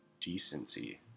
decency